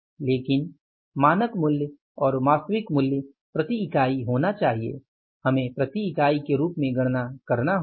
लेकिन मानक मूल्य और वास्तविक मूल्य प्रति इकाई होना चाहिए हमें प्रति इकाई के रूप में गणना करना होगा